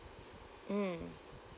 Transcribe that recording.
mm